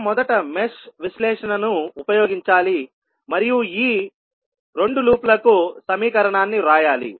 మనం మొదట మెష్ విశ్లేషణను ఉపయోగించాలి మరియు ఈ 2 లూప్ లకు సమీకరణాన్ని వ్రాయాలి